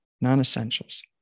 non-essentials